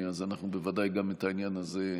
אז אנחנו בוודאי נביא גם את העניין הזה.